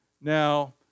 Now